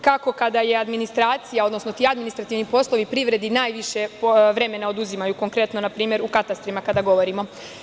Kako kada je administracija, odnosno ti administrativni poslovi u privredi najviše vremena oduzimaju, konkretno, na primer u katastrima kada govorimo?